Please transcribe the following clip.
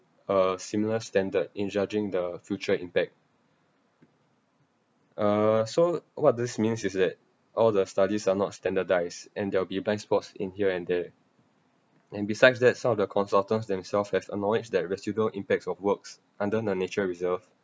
a similar standard in judging the future impact uh so what this means is that all the studies are not standardised and there will be blind spots in here and there and besides that some of the consultants themselves has acknowledged that residual impacts of works under the nature reserve